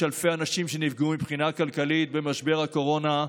יש אלפי אנשים שנפגעו מבחינה כלכלית במשבר הקורונה.